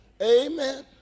Amen